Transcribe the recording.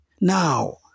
Now